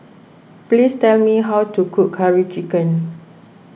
please tell me how to cook Curry Chicken